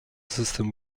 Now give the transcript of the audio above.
system